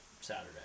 Saturday